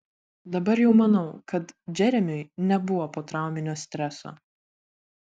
dabar jau manau kad džeremiui nebuvo potrauminio streso